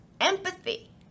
empathy